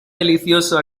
delicioso